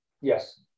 yes